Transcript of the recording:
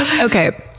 Okay